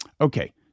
Okay